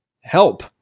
Help